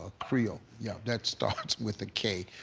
ah krill, yeah. that starts with a k.